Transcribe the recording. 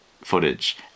footage